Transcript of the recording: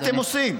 מה אתם עושים?